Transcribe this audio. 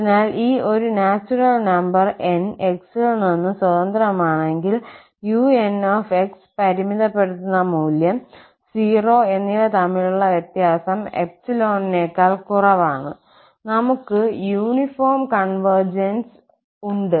അതിനാൽ ∃ ഒരു natural number 𝑁 𝑥ൽ നിന്ന് സ്വതന്ത്രമാണെങ്കിൽ un𝑥 പരിമിതപ്പെടുത്തുന്ന മൂല്യം 0 എന്നിവ തമ്മിലുള്ള വ്യത്യാസം 𝜖 നേക്കാൾ കുറവാണ് നമുക്ക് യൂണിഫോം കോൺവെർജൻസ് ഉണ്ട്